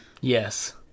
Yes